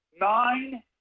nine